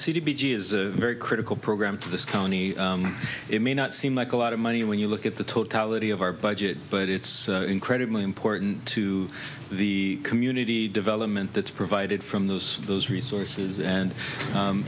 is a very critical program to this county it may not seem like a lot of money when you look at the totality of our budget but it's incredibly important to the community development that's provided from those those resources and